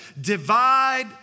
Divide